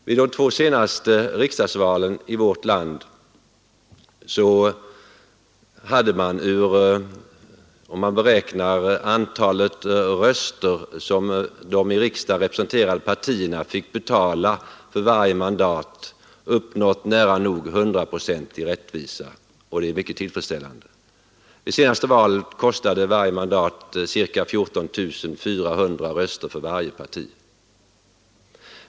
Vid de två senaste riksdagsvalen i vårt land har man, räknat efter antalet röster som de i riksdagen representerade partierna fick betala för varje mandat, uppnått nära nog hundraprocentig rättvisa, och det är mycket tillfredsställande. Vid senaste valet kostade ett mandat ca 14 400 röster för varje parti.